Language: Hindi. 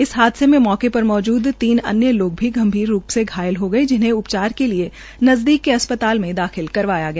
इस हादसे मे मौके प्र मौजूद तन लोग भी गंभीर रू से घायल ह्ये है जिन्हे उ चार के लिये नज़दीक के अस् ताल में दाखिल कराया गया